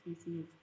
species